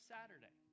Saturday